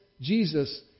Jesus